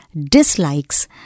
dislikes